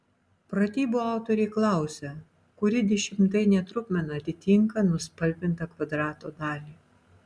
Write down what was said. pratybų autoriai klausia kuri dešimtainė trupmena atitinka nuspalvintą kvadrato dalį